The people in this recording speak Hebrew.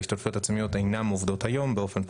ההשתתפויות העצמיות אינן עובדות באופן פרוגרסיבי,